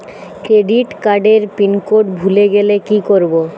Credit কার্ডের pin code ভুলে গেলে কি করব?